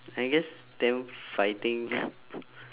I guess them fighting